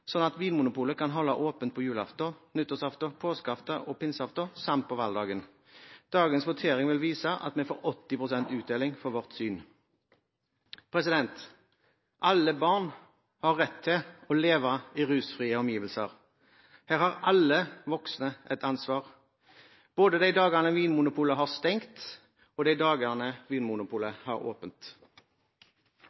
at Vinmonopolet kan holde åpent på julaften, nyttårsaften, påskeaften og pinseaften, samt på valgdagen. Dagens votering vil vise at vi får 80 pst. uttelling for vårt syn. Alle barn har rett til å leve i rusfrie omgivelser. Her har alle voksne et ansvar, både de dagene Vinmonopolet har stengt, og de dagene Vinmonopolet